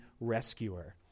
rescuer